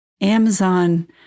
Amazon